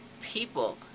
people